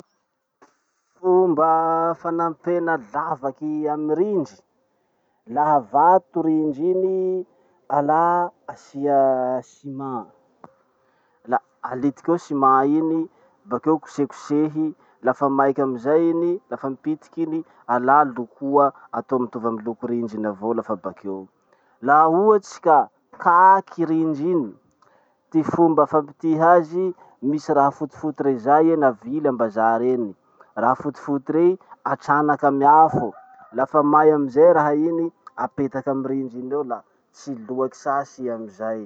Fomba fanampena lavaky amy rindry. Laha vato rindry iny, alà asia ciment. La alitiky eo ciment iny, bakeo kosehy kosehy. Lafa maiky amizay iny, lafa mipitiky iny, alà lokoa atao mitovy amy loko rindry iny avao lafa bakeo. Laha ohatsy ka kaky rindry iny, ty fomba fampitiha azy. Misy raha fotifoty rey zay eny avily ambazary eny. Raha fotifoty rey, atranaky amy afo, lafa may amizay raha iny, apetaky amy rindry iny eo la tsy loaky sasy i amizay.